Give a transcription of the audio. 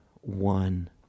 one